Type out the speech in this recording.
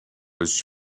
was